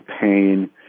pain